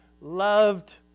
loved